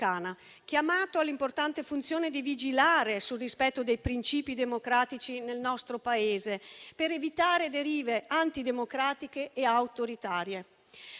chiamato all'importante funzione di vigilare sul rispetto dei principi democratici nel nostro Paese, per evitare derive antidemocratiche e autoritarie.